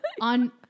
on